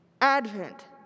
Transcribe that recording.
Advent